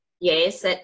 Yes